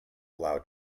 allow